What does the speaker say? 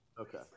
Okay